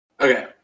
Okay